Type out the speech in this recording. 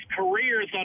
careers